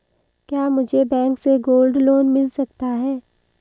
क्या मुझे बैंक से गोल्ड लोंन मिल सकता है?